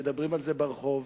מדברים על זה ברחוב,